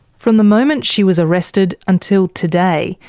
from the moment she was arrested, until today,